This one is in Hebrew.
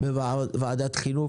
בוועדת חינוך.